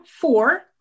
four